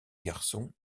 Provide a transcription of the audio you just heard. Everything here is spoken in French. garçon